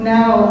，Now，